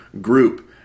group